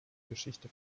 geschichte